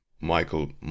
Michael